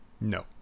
No